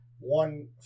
one